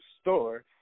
store